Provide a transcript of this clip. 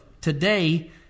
today